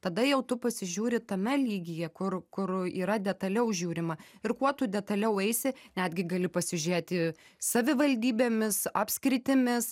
tada jau tu pasižiūri tame lygyje kur kur yra detaliau žiūrima ir kuo tu detaliau eisi netgi gali pasižiūrėti savivaldybėmis apskritimis